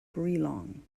geelong